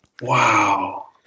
Wow